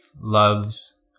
loves